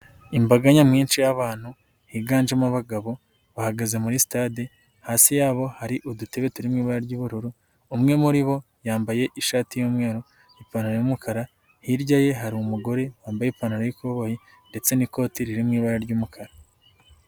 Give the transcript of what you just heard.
Imbaga nyamwinshi y'abantu higanjemo abagabo bahagaze muri sitade, hasi yabo hari udutebe turi mu ibara ry'ubururu, umwe muri bo yambaye ishati y'umweru, ipantaro y'umukara, hirya ye hari umugore wambaye ipantaro y'ikoboyi ndetse n'ikote riri mu ibara ry'umukara.